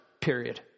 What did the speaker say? period